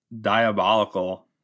diabolical